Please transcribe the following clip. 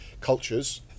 cultures